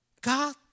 God